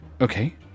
okay